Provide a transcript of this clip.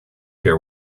care